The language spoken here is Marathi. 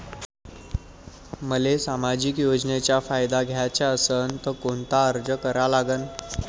मले सामाजिक योजनेचा फायदा घ्याचा असन त कोनता अर्ज करा लागन?